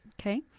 Okay